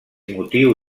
motiu